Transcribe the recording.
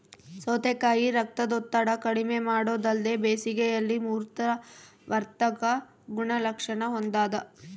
ಸೌತೆಕಾಯಿ ರಕ್ತದೊತ್ತಡ ಕಡಿಮೆಮಾಡೊದಲ್ದೆ ಬೇಸಿಗೆಯಲ್ಲಿ ಮೂತ್ರವರ್ಧಕ ಗುಣಲಕ್ಷಣ ಹೊಂದಾದ